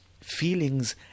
feelings